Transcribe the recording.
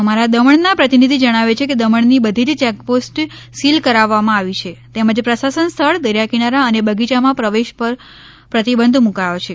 અમારા દમણના પ્રતિનિધિ જણાવે છે કે દમણની બધી જ ચેકપોસ્ટ સીલ કરાવામાં આવી છે તેમજ પ્રસાસન સ્થળ દરિયાકિનારા અને બગીયામાં પ્રવેશ ઉપર પ્રતિબંધ મૂકાયો છે